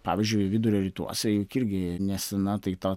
pavyzdžiui vidurio rytuose juk irgi nesena tai ta